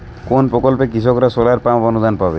কোন প্রকল্পে কৃষকরা সোলার পাম্প অনুদান পাবে?